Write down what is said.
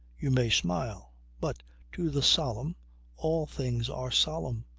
you may smile. but to the solemn all things are solemn.